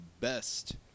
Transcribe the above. best